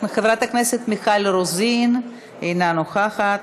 חברת הכנסת מיכל רוזין, אינה נוכחת,